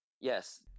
yes